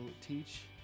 teach